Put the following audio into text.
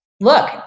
look